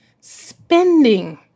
spending